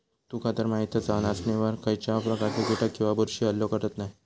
तुकातर माहीतच हा, नाचणीवर खायच्याव प्रकारचे कीटक किंवा बुरशी हल्लो करत नाय